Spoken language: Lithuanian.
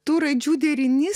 tų raidžių derinys